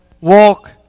walk